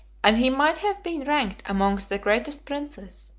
and he might have been ranked amongst the greatest princes,